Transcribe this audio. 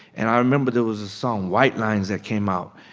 and i remember there was a song white lines that came out,